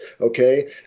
okay